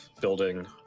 building